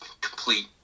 complete